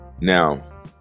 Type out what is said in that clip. Now